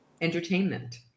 entertainment